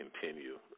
continue